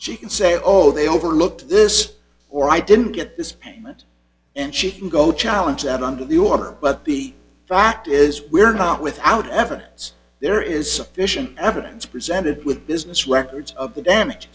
she can say oh they overlooked this or i didn't get this payment and she can go challenge that under the order but the fact is we're not without evidence there is sufficient evidence presented with business records of the damage